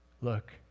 look